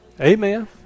Amen